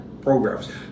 programs